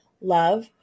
love